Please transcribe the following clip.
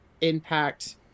impact